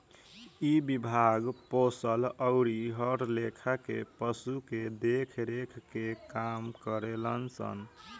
इ विभाग पोसल अउरी हर लेखा के पशु के देख रेख के काम करेलन सन